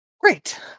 great